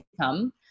come